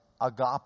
agape